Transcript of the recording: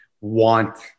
want-